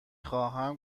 خواهم